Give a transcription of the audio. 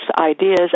ideas